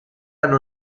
hanno